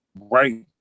right